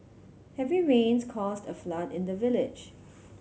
heavy rains caused a flood in the village